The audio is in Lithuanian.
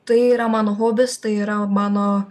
tai yra mano hobis tai yra mano